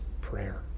prayer